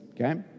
okay